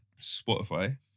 Spotify